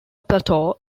plateau